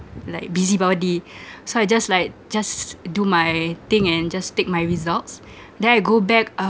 like busybody so I just like just do my thing and just take my results then I go back